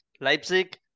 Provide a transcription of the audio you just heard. Leipzig